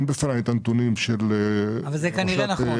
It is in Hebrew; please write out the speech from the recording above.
בפניי את הנתונים של ראשת אור יהודה,